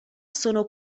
sono